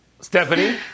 Stephanie